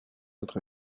autres